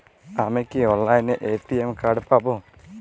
আমি কি অনলাইনে এ.টি.এম কার্ড পাব?